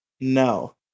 No